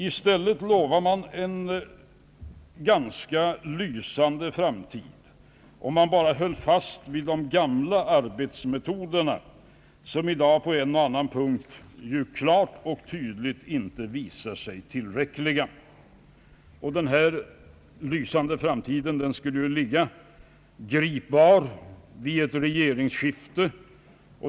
I stället lovade man en ganska lysande framtid om man bara höll fast vid de gamla arbetsmetoderna, som i dag på en och annan punkt ju klart och tydligt visar sig inte tillräckliga. Denna lysande framtid skulle ligga gripbar vid ett regeringsskifte.